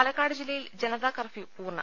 പാലക്കാട് ജില്ലയിൽ ജനതാ കർഫ്യൂ പൂർണ്ണം